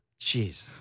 Jeez